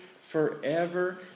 forever